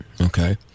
Okay